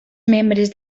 membres